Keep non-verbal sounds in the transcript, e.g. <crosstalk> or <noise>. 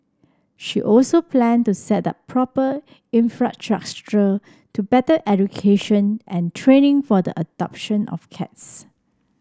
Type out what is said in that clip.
she also planed to set up proper <unintelligible> to better education and training for the adoption of cats